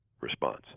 response